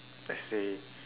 let's say